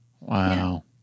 Wow